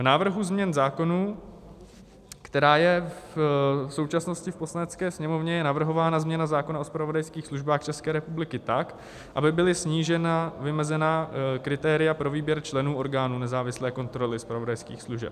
V návrhu změn zákonů, která je v současnosti v Poslanecké sněmovně, je navrhována změna zákona o zpravodajských službách České republiky tak, aby byla snížena vymezená kritéria pro výběr členů orgánu nezávislé kontroly zpravodajských služeb.